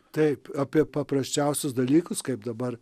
taip apie paprasčiausius dalykus kaip dabar